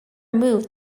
move